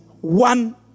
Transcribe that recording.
one